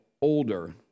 older